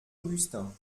augustin